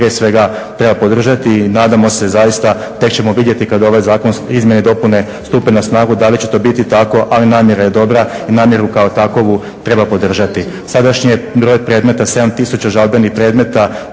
svega treba podržati. Nadamo se zaista tek ćemo vidjeti kad ove izmjene i dopune stupe na snagu da li će to biti tako, ali namjera je dobra i namjeru kao takvu treba podržati. Sadašnji je broj predmeta 7 tisuća žalbenih predmeta,